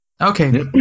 okay